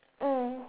mm